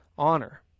honor